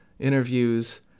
interviews